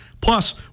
Plus